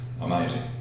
amazing